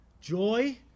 joy